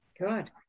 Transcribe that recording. good